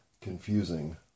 confusing